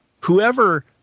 whoever